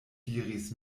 diris